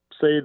say